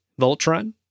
Voltron